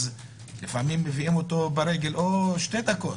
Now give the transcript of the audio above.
אז לפעמים מביאים אותו ברגל שתי דקות,